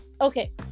okay